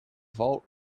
vault